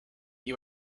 you